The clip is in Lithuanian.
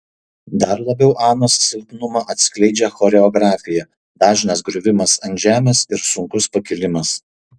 dar labiau anos silpnumą atskleidžia choreografija dažnas griuvimas ant žemės ir sunkus pakilimas